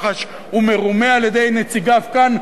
שהיום הולך בכחש ומרומה על-ידי נציגיו כאן,